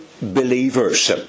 believers